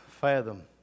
fathom